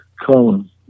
Colin